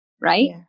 right